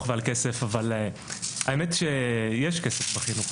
ועל כסף אבל למען האמת יש כסף בחינוך,